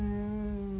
mm